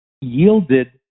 yielded